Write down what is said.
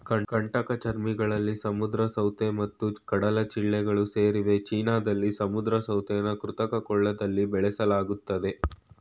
ಕಂಟಕಚರ್ಮಿಗಳಲ್ಲಿ ಸಮುದ್ರ ಸೌತೆ ಮತ್ತು ಕಡಲಚಿಳ್ಳೆಗಳು ಸೇರಿವೆ ಚೀನಾದಲ್ಲಿ ಸಮುದ್ರ ಸೌತೆನ ಕೃತಕ ಕೊಳದಲ್ಲಿ ಬೆಳೆಸಲಾಗ್ತದೆ